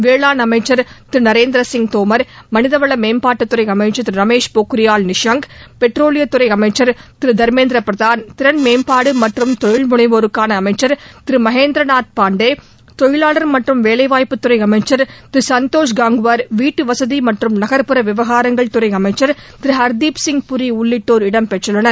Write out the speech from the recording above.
வேளாண் அமைச்சா் திரு நரேந்திரசிங் தோமா் மனிதவள மேம்பாட்டுத் துறை அமைச்சர் திரு ரமேஷ் பொக்ரியால் நிஷாங்க் பெட்ரோலியத் துறை அமைச்சர் திரு தாமேந்திர பிரதான் திறன் மேம்பாடு மற்றும் தொழில் முனைவோருக்கான அமைச்சா் திரு மகேந்திரநாத் பாண்டே தொழிலாளர் மற்றும் வேலைவாய்ப்புத் துறை அமைச்சர் திரு சந்தோஷ் கங்க்வார் வீட்டுவசதி மற்றும் நகர்ப்புற விவகாரங்கள் துறை அமைச்சர் திரு ஹர்தீப்சிங் பூரி உள்ளிட்டோர் இடம்பெற்றுள்ளனர்